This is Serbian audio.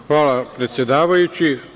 Hvala, predsedavajući.